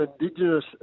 Indigenous